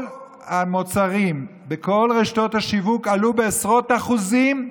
כל המוצרים בכל רשתות השיווק עלו בעשרות אחוזים,